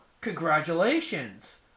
Congratulations